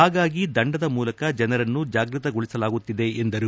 ಹಾಗಾಗಿ ದಂಡದ ಮೂಲಕ ಜನರನ್ನು ಜಾಗೃತಗೊಳಿಸಲಾಗುತ್ತಿದೆ ಎಂದರು